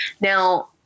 Now